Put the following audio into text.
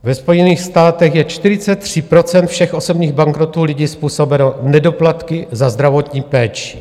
Ve Spojených státech je 43 % všech osobních bankrotů lidí způsobeno nedoplatky za zdravotní péči.